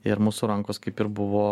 ir mūsų rankos kaip ir buvo